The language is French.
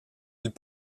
peut